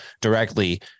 directly